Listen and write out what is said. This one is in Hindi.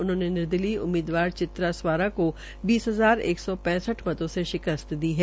उन्होंने निर्दलीय उम्मीदवार चित्रा स्वारा को बीस हजार एक सौ पैंसठ मतों से शिकस्त दी है